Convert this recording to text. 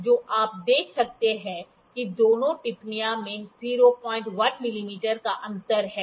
तो आप देख सकते हैं कि दोनों टिप्पणियां में 01 मिमी का अंतर है